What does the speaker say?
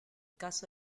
caso